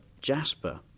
Jasper